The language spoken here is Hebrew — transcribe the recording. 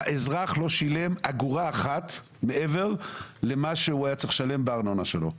האזרח לא שילם אגורה אחת מעבר למה שהוא היה צריך לשלם בארנונה שלו,